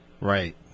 Right